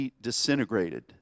disintegrated